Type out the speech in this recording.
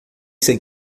sem